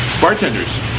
Bartenders